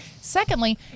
Secondly